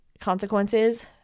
consequences